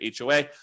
HOA